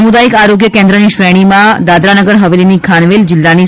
સામુદાયિક આરોગ્યકેન્દ્રની શ્રેણીમાં દાદરાનગર હવેલીની ખાનવેલ જિલ્લાની